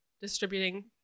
distributing